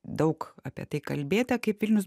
daug apie tai kalbėta kaip vilnius